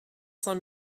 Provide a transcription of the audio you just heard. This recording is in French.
cinq